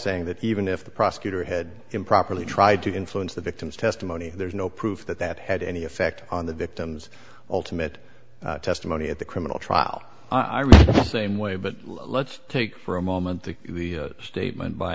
saying that even if the prosecutor had improperly tried to influence the victim's testimony there's no proof that that had any effect on the victim's ultimate testimony at the criminal trial i read the same way but let's take for a moment the statement by